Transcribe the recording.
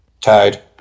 Tied